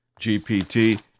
GPT